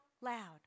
loud